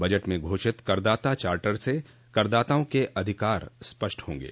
budget में घोषित करदाता चार्टर से करदाताओं के अधिकार स्पष्ट होंगे